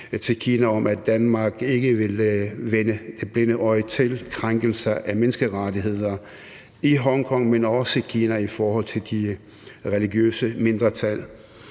til Kina om, at Danmark ikke vil vende det blinde øje til krænkelser af menneskerettigheder i Hongkong, men heller ikke i Kina i forhold til de religiøse mindretal.